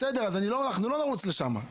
בסדר, אז לא נרוץ לשם.